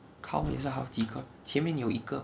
cow 也是好几个前面有一个